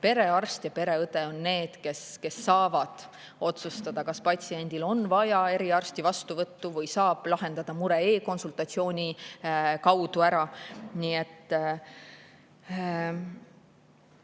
Perearst ja pereõde on need, kes saavad otsustada, kas patsiendil on vaja eriarsti vastuvõttu või saab lahendada mure e‑konsultatsiooni kaudu. See